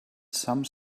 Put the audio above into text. some